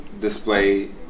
display